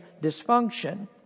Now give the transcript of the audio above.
dysfunction